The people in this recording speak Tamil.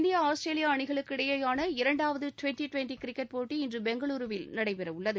இந்தியா ஆஸ்திரேலியா அணிகளுக்கு இடையிலான இரண்டாவது டுவெண்டி டுவெண்டி கிரிக்கெட் போட்டி இன்று பெங்களூருவில் நடைபெறவுள்ளது